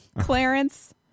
Clarence